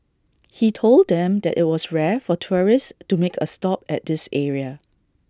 he told them that IT was rare for tourists to make A stop at this area